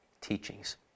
teachings